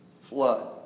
flood